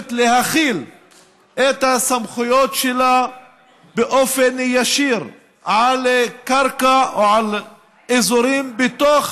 הכובשת להחיל את הסמכויות שלה באופן ישיר על קרקע או על אזורים בתוך